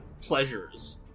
pleasures